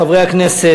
חברי הכנסת,